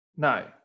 No